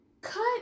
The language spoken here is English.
Cut